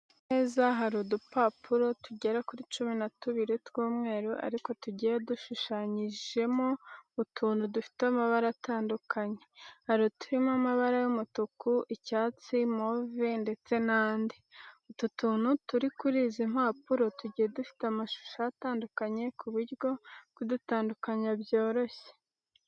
Ku meza hari udupapuro tugera kuri cumi na tubiri tw'umweru ariko tugiye dushushanyijemo utuntu dufite amabara atandukanye. Hari uturimo amabara y'umutuku, icyatsi, move ndetse n'andi. Utu tuntu turi kuri izi mpapuro tugiye dufite amashusho atandukanye ku buryo kudutandukanya byoroshye.